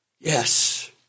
Yes